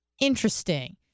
Interesting